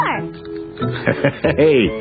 Hey